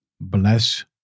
bless